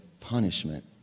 punishment